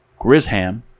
Grisham